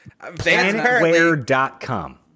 planetware.com